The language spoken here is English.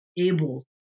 able